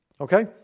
okay